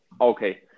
Okay